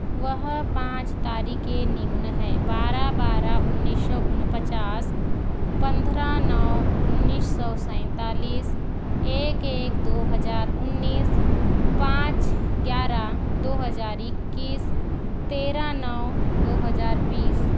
वह पाँच तारीखें निम्न हैं बारह बारह उन्नीस सौ पचास पंद्रह नौ उन्नीस सौ सैंतालीस एक एक दो हज़ार उन्नीस पाँच ग्यारह दो हज़ार इक्कीस तेरह नौ दो हज़ार बीस